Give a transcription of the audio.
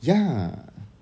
ya